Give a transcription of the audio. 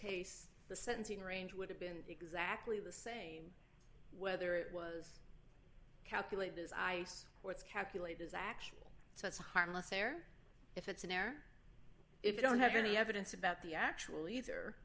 case the sentencing range would have been exactly the same whether it was calculated as ice or it's calculated as actual so it's harmless air if it's an air if you don't have any evidence about the actual ether